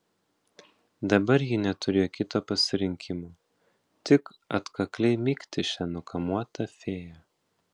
dabar ji neturėjo kito pasirinkimo tik atkakliai mygti šią nukamuotą fėją